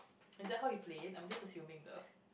is that how you play it I'm just assuming though